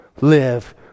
Live